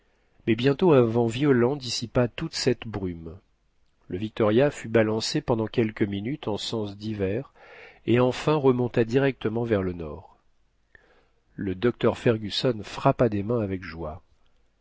mais bientôt un vent violent dissipa toute cette brume le victoria fut balancé pendant quelques minutes en sens divers et enfin remonta directement vers le nord le docteur fergusson frappa des mains avec joie